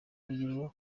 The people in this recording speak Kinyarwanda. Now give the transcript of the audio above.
rugero